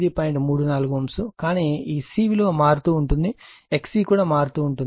34 Ω కానీ ఈ C మారుతూ ఉంటుంది XC కూడా మారుతూ ఉంటుంది